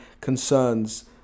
concerns